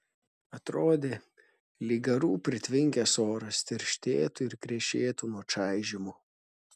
atrodė lyg garų pritvinkęs oras tirštėtų ir krešėtų nuo čaižymo